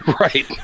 right